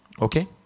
Okay